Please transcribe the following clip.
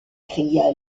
cria